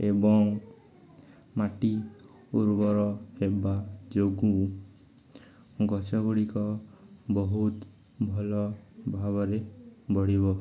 ଏବଂ ମାଟି ଉର୍ବର ହେବା ଯୋଗୁଁ ଗଛ ଗୁଡ଼ିକ ବହୁତ୍ ଭଲ ଭାବରେ ବଢ଼ିବ